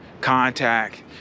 contact